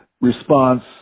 response